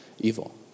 evil